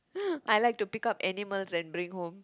I like to pick up animals and bring home